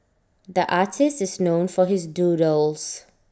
the artist is known for his doodles